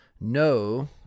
No